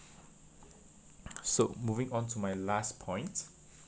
so moving on to my last point